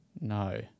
No